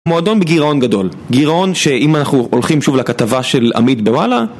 מועדון בגירעון גדול, גירעון שאם אנחנו הולכים שוב לכתבה של עמית בוואלה